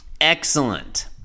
Excellent